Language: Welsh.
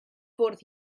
fwrdd